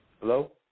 Hello